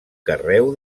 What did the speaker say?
carreu